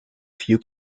few